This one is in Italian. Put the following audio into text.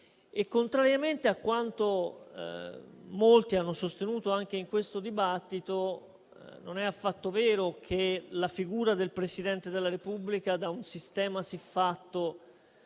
Contrariamente a quanto molti hanno sostenuto anche in questo dibattito, non è affatto vero che la figura del Presidente della Repubblica da un sistema siffatto